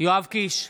יואב קיש,